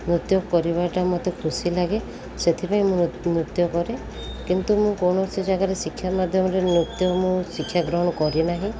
ନୃତ୍ୟ କରିବାଟା ମୋତେ ଖୁସି ଲାଗେ ସେଥିପାଇଁ ମୁଁ ନୃତ୍ୟ କରେ କିନ୍ତୁ ମୁଁ କୌଣସି ଜାଗାରେ ଶିକ୍ଷା ମାଧ୍ୟମରେ ନୃତ୍ୟ ମୁଁ ଶିକ୍ଷା ଗ୍ରହଣ କରିନାହିଁ